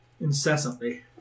Incessantly